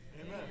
Amen